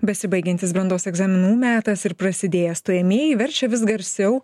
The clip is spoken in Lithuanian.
besibaigiantis brandos egzaminų metas ir prasidėję stojamieji verčia vis garsiau